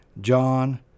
John